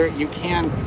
you can